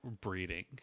breeding